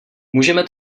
můžeme